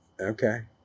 Okay